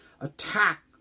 attack